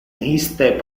iste